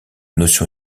notion